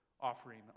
offering